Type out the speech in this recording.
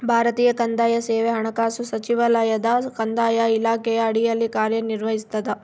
ಭಾರತೀಯ ಕಂದಾಯ ಸೇವೆ ಹಣಕಾಸು ಸಚಿವಾಲಯದ ಕಂದಾಯ ಇಲಾಖೆಯ ಅಡಿಯಲ್ಲಿ ಕಾರ್ಯನಿರ್ವಹಿಸ್ತದ